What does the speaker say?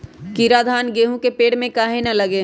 कीरा धान, गेहूं के पेड़ में काहे न लगे?